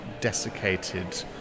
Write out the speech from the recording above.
desiccated